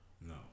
no